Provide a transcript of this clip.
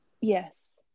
Yes